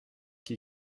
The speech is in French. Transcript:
qui